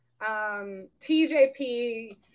TJP